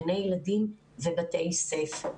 בגני הילדים ובבתי הספר.